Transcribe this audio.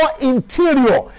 interior